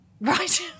Right